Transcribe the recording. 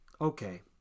okay